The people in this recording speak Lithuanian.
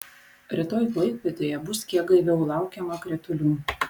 rytoj klaipėdoje bus kiek gaiviau laukiama kritulių